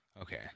Okay